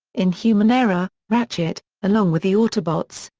in human error, ratchet, along with the autobots,